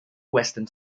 western